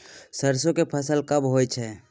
सरसो के फसल कब होय छै?